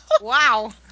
wow